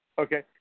Okay